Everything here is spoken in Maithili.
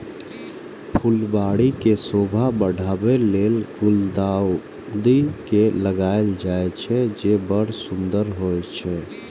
फुलबाड़ी के शोभा बढ़ाबै लेल गुलदाउदी के लगायल जाइ छै, जे बड़ सुंदर होइ छै